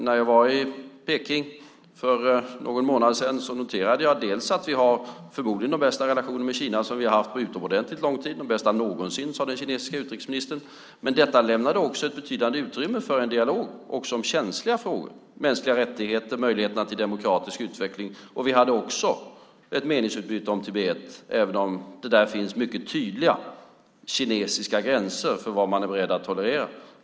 När jag var i Peking för någon månad sedan noterade jag att vi förmodligen har de bästa relationer med Kina som vi har haft på utomordentligt lång tid - de bästa någonsin, sade den kinesiska utrikesministern. Men detta lämnade också ett betydande utrymme för en dialog också om känsliga frågor - mänskliga rättigheter och möjligheterna till demokratisk utveckling. Vi hade också ett meningsutbyte om Tibet, även om det där finns mycket tydliga kinesiska gränser för vad man är beredd att tolerera.